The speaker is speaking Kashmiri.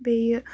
بیٚیہِ